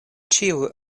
ĉiuj